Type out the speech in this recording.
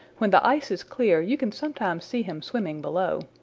when the ice is clear you can sometimes see him swimming below.